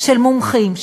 של מומחים,